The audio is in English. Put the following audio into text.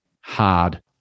hard